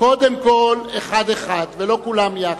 קודם כול, אחד-אחד ולא כולם יחד,